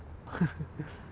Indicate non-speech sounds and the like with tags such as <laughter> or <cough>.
<laughs>